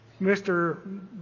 Mr